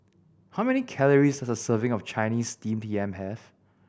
how many calories does a serving of Chinese Steamed Yam have